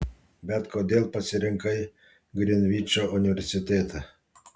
bet kodėl pasirinkai grinvičo universitetą